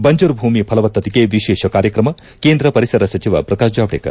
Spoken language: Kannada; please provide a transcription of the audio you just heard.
ಬಂಜರು ಭೂಮಿ ಫಲವತ್ತತೆಗೆ ವಿಶೇಷ ಕಾರ್ಯಕ್ರಮ ಕೇಂದ್ರ ಪರಿಸರ ಸಚಿವ ಪ್ರಕಾಶ್ ಜಾವಡೇಕರ್